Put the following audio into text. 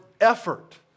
effort